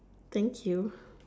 thank you